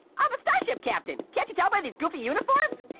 i'm a starship captain! can't you tell by these goofy uniforms?